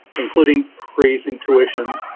including increasing tuition.